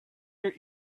your